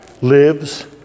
lives